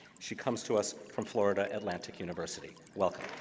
she comes to us from florida atlantic university. welcome.